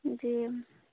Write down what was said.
जी